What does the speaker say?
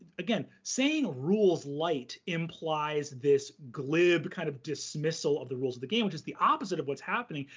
again, saying rules light implies this glib kind of dismissal of the rules of the game, which is the opposite of what's happening,